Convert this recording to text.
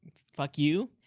fuck you,